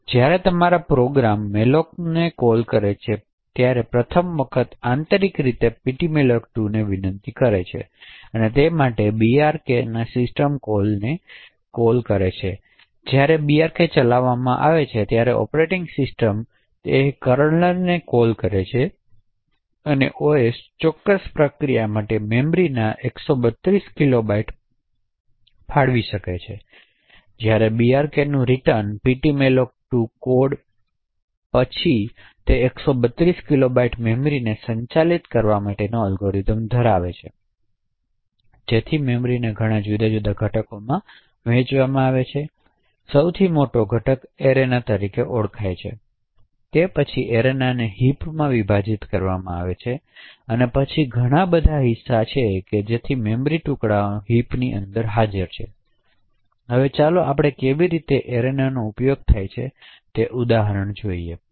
તેથી જ્યારે તમારા પ્રોગ્રામ malloc નો આહવાન પ્રથમ વખત આંતરિક ptmalloc2 વિનંતી કરી શકે છે માટે brk ના સિસ્ટમ કોલને brk છેતેથી જ્યારે brk ચલાવવામાં નહીં તે ઓપરેટીંગ સિસ્ટમો ચલાવવા માટે કર્નલ માટેનું કારણ બને છે અને OS ચોક્કસ પ્રક્રિયા માટે મેમરી 132 કિલોબાઇટ ફાળવી કરશે ત્યારે brk વળતર ptmalloc કોડ પછી તે 132 કિલોબાઇટ મેમરીને સંચાલિત કરવા માટે અલ્ગોરિધમ્સ ધરાવે છે જેથી મેમરીને ઘણા જુદા જુદા ઘટકોમાં વહેંચવામાં આવે છે તેથી સૌથી મોટો ઘટક એરેના તરીકે ઓળખાય છે તે પછી એરેનાને હિપમાં વિભાજીત કરવામાં આવે છે અને પછી ઘણા બધા હિસ્સા હોય છે તેથી મેમરી ટુકડાઓ હિપની અંદર હાજર છે હવે ચાલો આપણે કેવી રીતે એરેનાનો ઉપયોગ થાય છે તેના ઉદાહરણ જોઇયે